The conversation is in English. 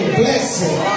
blessing